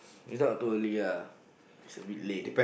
it's not too early ah it's a bit late